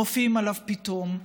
מופיעים עליו פתאום.